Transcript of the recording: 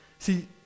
See